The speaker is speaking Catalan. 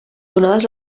donades